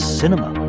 cinema